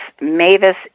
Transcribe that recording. Mavis